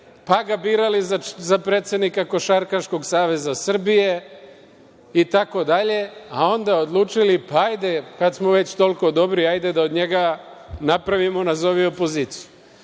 pa ga birali za predsednika Košarkaškog saveza Srbije, itd, a onda odlučili, pa hajde kad smo već toliko dobri hajde da od njega napravimo, nazovi opoziciju. Isto